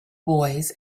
boys